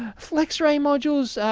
ah flexray modules,